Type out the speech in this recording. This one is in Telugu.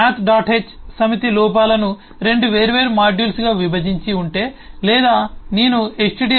h సమితి లోపాలను రెండు వేర్వేరు మాడ్యూల్స్గా విభజించి ఉంటే లేదా నేను stdio